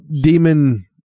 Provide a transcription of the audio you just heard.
demon